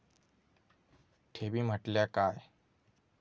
ठेवी म्हटल्या काय?